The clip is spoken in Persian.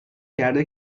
کرده